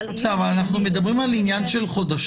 אבל יש --- אנחנו מדברים על עניין של חודשים